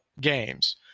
games